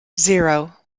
zero